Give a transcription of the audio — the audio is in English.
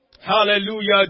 Hallelujah